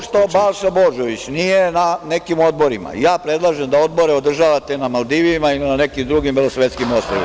To što Balša Božović nije na nekim odborima, predlažem da odbore održavate na Maldivima ili na nekim drugim belosvetskim ostrvima.